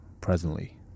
presently